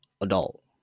adult